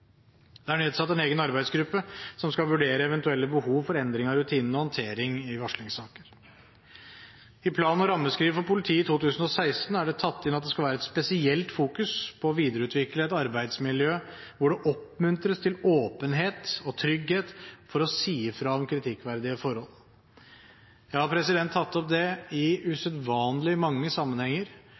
Det er nedsatt en egen arbeidsgruppe som skal vurdere eventuelle behov for endring av rutinene og håndtering i varslingssaker. I plan- og rammeskriv for politiet i 2016 er det tatt inn at det skal være et spesielt fokus på å videreutvikle et arbeidsmiljø hvor det oppmuntres til åpenhet og trygghet for å si fra om kritikkverdige forhold. Jeg har tatt opp det i usedvanlig mange sammenhenger,